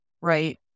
right